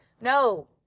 No